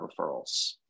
referrals